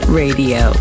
radio